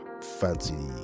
fancy